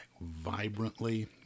vibrantly